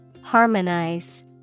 Harmonize